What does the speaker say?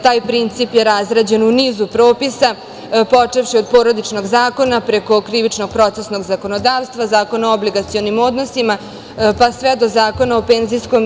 Taj princip je razrađen u nizu propisa, počevši od Porodičnog zakona, preko krivičnog procesnog zakonodavstva, Zakona o obligacionim odnosima, pa sve do Zakona o PIO.